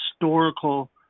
historical